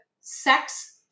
sex